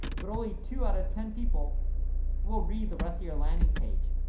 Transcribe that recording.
but only two out of ten people will read the rest of your landing page.